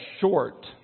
short